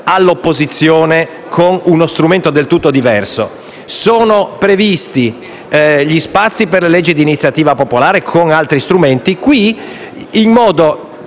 Grazie,